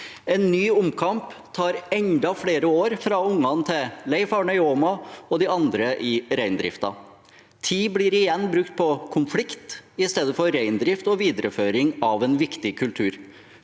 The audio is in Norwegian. En ny omkamp tar enda flere år fra ungene til Leif Arne Jåma og de andre i reindriften. Tid blir igjen brukt på konflikt istedenfor på reindrift og videreføring av en viktig kultur.